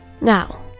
Now